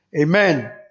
Amen